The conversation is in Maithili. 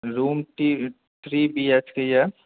रूम तीन थ्री बी एच के यऽ